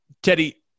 Teddy